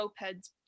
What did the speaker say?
mopeds